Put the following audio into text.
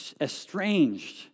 Estranged